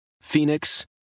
Phoenix